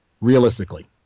Realistically